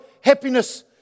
happiness